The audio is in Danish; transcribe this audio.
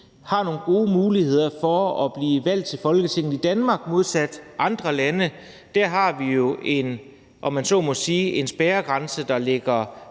har nogle gode muligheder for at blive valgt til Folketinget. I Danmark har vi modsat i andre lande en spærregrænse, der ligger